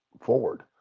forward